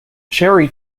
cherry